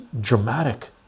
dramatic